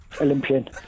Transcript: Olympian